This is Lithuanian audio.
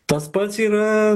tas pats yra